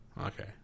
Okay